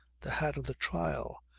the hat of the trial.